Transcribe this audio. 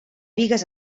bigues